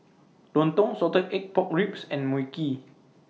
Lontong Salted Egg Pork Ribs and Mui Kee